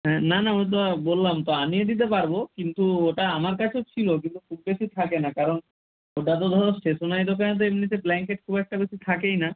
হ্যাঁ না না ওই তো বললাম তো আনিয়ে দিতে পারব কিন্তু ওটা আমার কাছেও ছিল কিন্তু খুব বেশি থাকে না কারণ ওটা তো ধরো স্টেশনারি দোকানে তো এমনিতে ব্ল্যাঙ্কেট খুব একটা বেশি থাকেই না